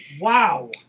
Wow